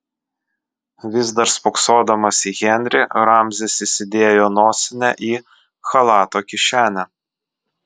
vis dar spoksodamas į henrį ramzis įsidėjo nosinę į chalato kišenę